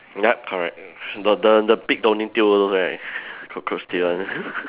ya correct got the the pig tail also right cockroach tail one